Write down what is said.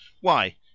Why